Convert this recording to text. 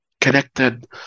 connected